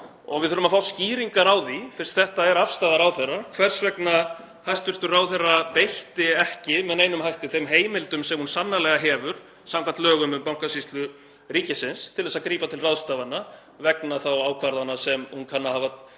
og við þurfum að fá skýringar á því, fyrst þetta er afstaða ráðherra, hvers vegna hæstv. ráðherra beitti ekki með neinum hætti þeim heimildum sem hún sannarlega hefur samkvæmt lögum um Bankasýslu ríkisins til þess að grípa til ráðstafana vegna ákvarðana sem hún kann að hafa